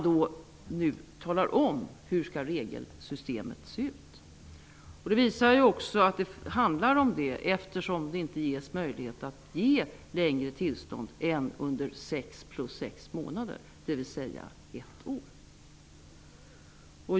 Det visar också att det handlar om detta eftersom inte möjlighet ges att bevilja längre uppehållstillstånd än under sex plus sex månader, dvs. under ett år.